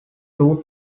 true